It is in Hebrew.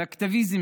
באקטיביזם,